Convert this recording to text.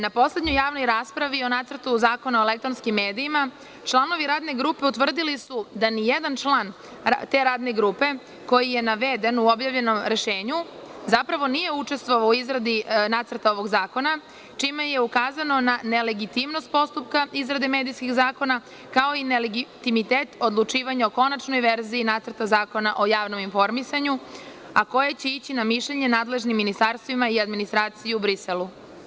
Na poslednjoj javnoj raspravi o Nacrtu Zakona o elektronskim medijima članovi radne grupe utvrdili su da ni jedan član te radne grupe, koji je naveden u objavljenom rešenju, zapravo nije učestvovao u izradi nacrta ovog zakona, čime je ukazano na nelegitimnost postupka izrade medijskih zakona, kao i neligimitet odlučivanja o konačnoj verziji Nacrta Zakona o javnom informisanju, a koje će ići na mišljenje nadležnim ministarstvima i administraciji u Briselu.